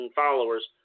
followers